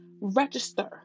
register